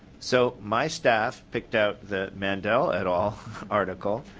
so my staff picked out the mandel et al article